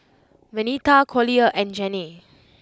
Venita Collier and Janae